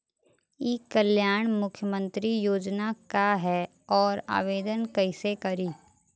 ई कल्याण मुख्यमंत्री योजना का है और आवेदन कईसे करी?